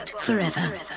forever